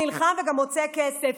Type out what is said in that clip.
נלחם וגם מוצא כסף.